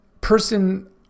Person